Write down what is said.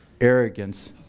arrogance